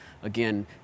Again